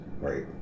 Right